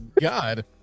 God